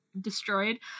destroyed